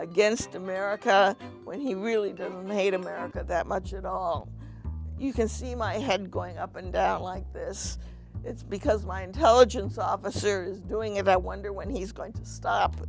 against america when he really didn't made america that much at all you can see my head going up and down like this it's because my intelligence officers doing it i wonder when he's going to stop